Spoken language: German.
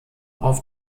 auf